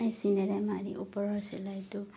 মেচিনেৰে মাৰি ওপৰৰ চিলাইটো